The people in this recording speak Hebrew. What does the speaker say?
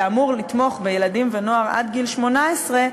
שאמור לתמוך בילדים ונוער עד גיל 18,